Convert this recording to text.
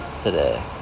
today